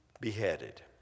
beheaded